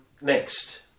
Next